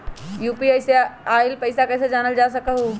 UPI से आईल पैसा कईसे जानल जा सकहु?